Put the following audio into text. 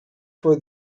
for